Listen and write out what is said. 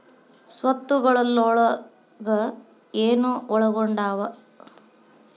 ಸ್ವತ್ತುಗಲೊಳಗ ಏನು ಒಳಗೊಂಡಾವ?